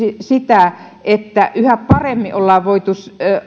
sitä että yhä paremmin ollaan voitu